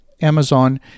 Amazon